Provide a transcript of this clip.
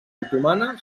otomana